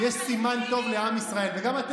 למה להיכנס?